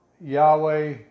Yahweh